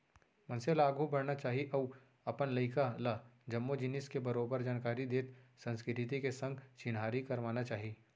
मनसे ल आघू बढ़ना चाही अउ अपन लइका ल जम्मो जिनिस के बरोबर जानकारी देत संस्कृति के संग चिन्हारी करवाना चाही